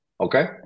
Okay